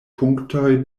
punktoj